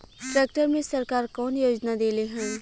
Tractor मे सरकार कवन योजना देले हैं?